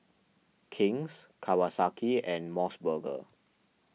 King's Kawasaki and Mos Burger